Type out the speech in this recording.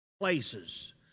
places